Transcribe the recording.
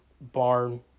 barn